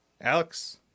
Alex